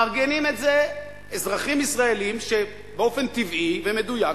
מארגנים את זה אזרחים ישראלים שבאופן טבעי ומדויק,